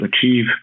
achieve